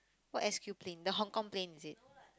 or S_Q plane the Hong-Kong plane is it